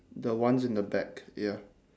the ones in the back ya